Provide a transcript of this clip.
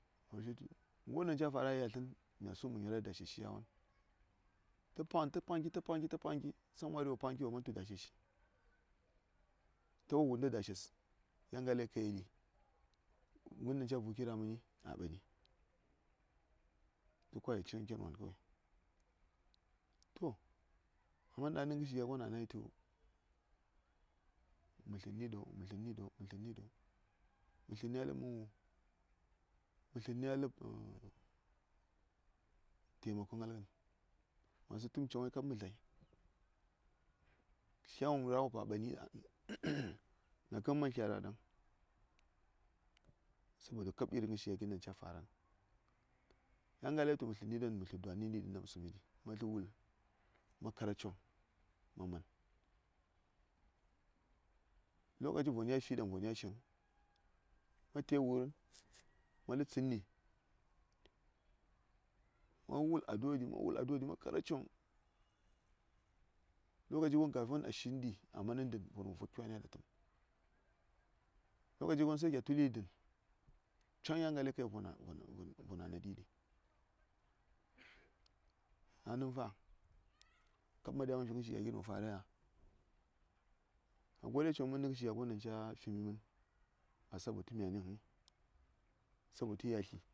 wo wul mi tu ngər won ɗaŋ ca fara a yatlən mya su mɚ ngyolar dashe shi yawon səŋwari wo paŋki tə paŋki tə paŋki tə paŋki sɚŋwari wo paŋki wo man tu da she shi to inda dashes ya nga lai inda ka yeli gɚn daŋ ca vuki ra mɚni a ɓani to sai ko mə yel cighən ken wom kawai myan ɗaŋni ghəshi gya don anayi tu mə tləni ɗo mə tləni ɗo mə tləni ɗo mə tləni a ləb mən wuŋ mə tlənni a ləb temako ngə ngən ma su təm çhoŋ nyes kab mə dlai tlya ngən rah wom kab a mɓani ɗaŋnin mya kəm mə man tla rah ɗaŋ sabo tə kab irigya gin ɗan ca faran ya ngalei tu mə tlənni ɗaŋ mə sə dwanən inta mə sumiɗi ma sə wul mə kara choŋ mə man lokaci von in von ya shiŋ mə tai wur mə sə tsədni mə wul aduwa mə wul aduwa mə kara choŋ lokaci gon kafin a shindi a manəŋ dən von wo vod ki wani a datəm lokaci gon sai kya tʊliɗi dən caŋ ya ngalei ka yel von a naɗi ɗi ɗaŋnən fa? kab ma ɗya ma fi ngə shi gya gin wo farai ya? ma gode choŋ nə gəshi gya gon ɗaŋ ca fimi mən ba sabo tə myani vəuŋ sabo tə yatlɨ.